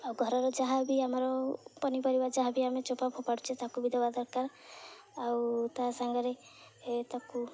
ଆଉ ଘରର ଯାହା ବି ଆମର ପନିପରିବା ଯାହା ବି ଆମେ ଚୋପା ଫୋପାଡ଼ୁଛେ ତାକୁ ବି ଦେବା ଦରକାର ଆଉ ତା ସାଙ୍ଗରେ ତାକୁ